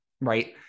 right